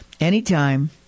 Anytime